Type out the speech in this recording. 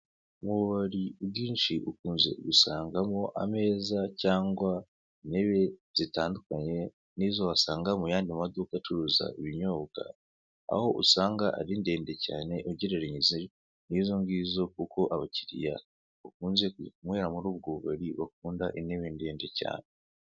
Mu bubari bwinshi ukunze gusangamo ameza cyagwa intebe zitandukanye n'izo wasanga mu yandi maduka acuruza ibinyobwa, aho usanga ari ndende cyane ugereranyije n'izo ngizo kuko abakiliya bakunze kunywera muri ubwo bubari bakunda intebe ndende cyane.